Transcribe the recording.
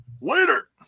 Later